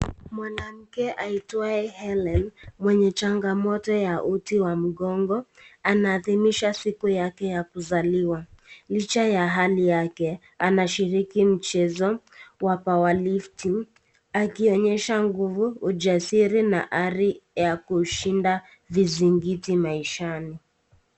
Mwanamke aitwaye Hellen, mwenye changamoto ya uti wa mgongo, anaadhimisha siku yake ya kuzaliwa. Licha ya hali yake anashiriki mchezo wa Power Lifting . Akionyesha nguvu, ujasiri na ari ya kushinda vizingiti maishani.